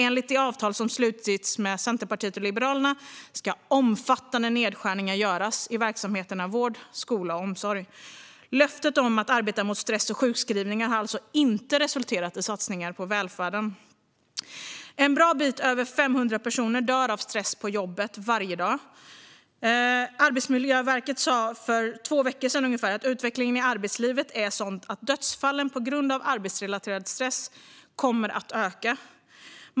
Enligt det avtal som slutits med Centerpartiet och Liberalerna ska omfattande nedskärningar göras i verksamheterna vård, skola och omsorg. Löftet om att arbeta mot stress och sjukskrivningar har alltså inte resulterat i satsningar på välfärden. En bra bit över 500 personer dör av stress på jobbet varje år. Arbetsmiljöverket sa för ungefär två veckor sedan att utvecklingen i arbetslivet är sådan att dödsfallen på grund av arbetsrelaterad stress kommer att öka.